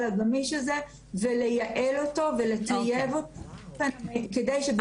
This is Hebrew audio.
הגמיש הזה ולייעל אותו ולטייב אותו כדי שלא יהיו הבאגים הללו.